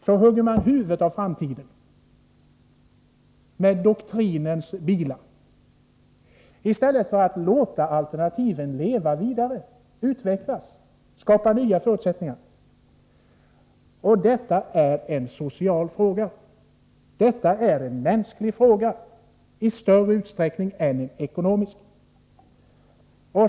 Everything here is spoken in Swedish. Så hugger man huvudet av framtiden med doktrinens bila i stället för att låta alternativen leva vidare, utvecklas och skapa nya förutsättningar. Detta är en social fråga. Detta är en mänsklig fråga i större utsträckning än en ekonomisk.